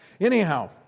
Anyhow